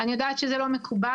אני יודעת שזה לא מקובל,